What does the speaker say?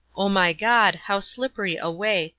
o my god, how slippery a way,